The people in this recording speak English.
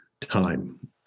Time